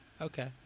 Okay